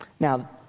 Now